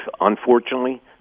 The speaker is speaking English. unfortunately